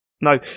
No